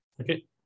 Okay